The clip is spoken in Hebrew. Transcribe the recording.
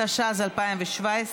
התשע"ז 2017,